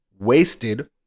wasted